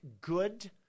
good